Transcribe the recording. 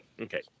Okay